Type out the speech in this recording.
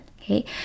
okay